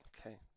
Okay